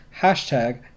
hashtag